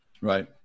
Right